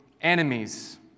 enemies